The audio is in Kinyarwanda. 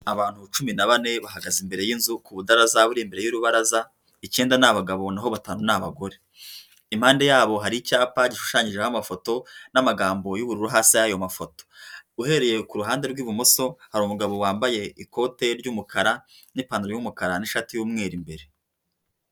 Abantu cumi na bane bahagaze imbere y'inzu ku budaraza buri imbere y'urubaraza, icyenda ni abagabo na ho batanu ni abagore, impande yabo hari icyapa gishushanyijeho amafoto n'amagambo y'ubururu hasi y'ayo mafoto, uhereye ku ruhande rw'ibumoso hari umugabo wambaye ikote ry'umukara n'ipantaro y'umukara n'ishati y'umweru imbere.